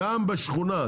גם בשכונה,